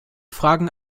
fragen